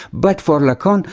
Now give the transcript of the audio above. but for lacan,